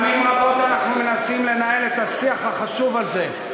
פעמים רבות אנחנו מנסים לנהל את השיח החשוב הזה,